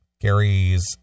gary's